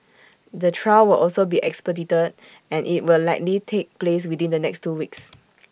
the trial will also be expedited and IT will likely take place within the next two weeks